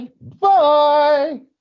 Bye